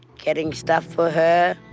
getting stuff for her,